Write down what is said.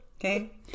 Okay